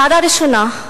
הערה ראשונה.